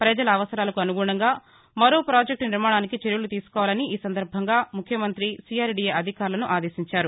ప్రజల అవసరాలకు అనుగుణంగా మరో ప్రాజెక్టు నిర్మాణానికి చర్యలు తీసుకోవాలని ఈసందర్బంగా ముఖ్యమంత్రి సీఆర్ డీఏ అధికారులను ఆదేశించారు